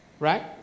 Right